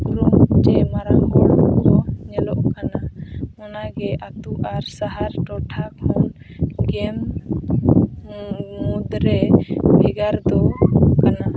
ᱩᱯᱨᱩᱢ ᱪᱮ ᱢᱟᱨᱟᱝ ᱦᱚᱲ ᱠᱚ ᱧᱮᱞᱚᱜ ᱠᱟᱱᱟ ᱚᱱᱟᱜᱮ ᱟᱛᱳ ᱟᱨ ᱥᱟᱦᱟᱨ ᱴᱚᱴᱷᱟ ᱠᱷᱚᱱ ᱜᱮᱢ ᱢᱩᱫᱽᱨᱮ ᱵᱷᱮᱜᱟᱨ ᱫᱚ ᱠᱟᱱᱟ